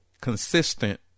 consistent